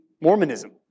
Mormonism